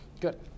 Good